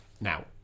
Now